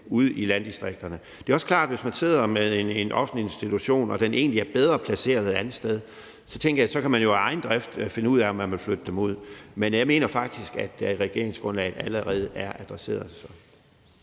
ude i landdistrikterne. Det er også klart, at hvis man sidder med en offentlig institution og den egentlig er bedre placeret et andet sted, så kan man jo af egen drift finde ud af, om man vil flytte den ud, tænker jeg. Men jeg mener faktisk, at regeringsgrundlaget allerede adresserer det. Kl.